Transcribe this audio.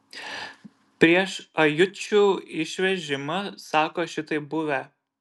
prieš ajučių išvežimą sako šitaip buvę